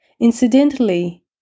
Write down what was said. Incidentally